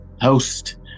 host